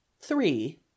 three